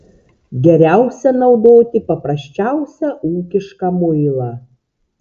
geriausia naudoti paprasčiausią ūkišką muilą